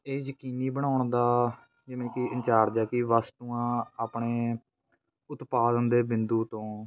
ਇਹ ਯਕੀਨੀ ਬਣਾਉਣ ਦਾ ਜਿਵੇਂ ਕਿ ਇੰਚਾਰਜ ਹੈ ਕਿ ਵਸਤੂਆਂ ਆਪਣੇ ਉਤਪਾਦਨ ਦੇ ਬਿੰਦੂ ਤੋਂ